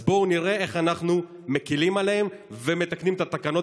אז בואו נראה איך אנחנו מקילים עליהם ומתקנים את התקנות